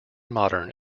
modern